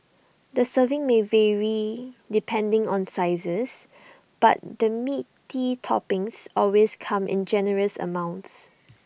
the serving may vary depending on sizes but the meaty toppings always come in generous amounts